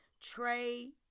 Trey